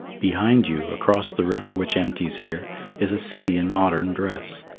behind you across the river which empties here is a city in modern dress.